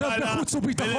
שב בחוץ וביטחון,